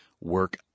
Work